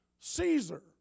Caesar